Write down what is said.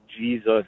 Jesus